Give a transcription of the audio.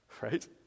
Right